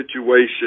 situation